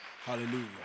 Hallelujah